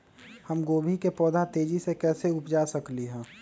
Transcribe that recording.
हम गोभी के पौधा तेजी से कैसे उपजा सकली ह?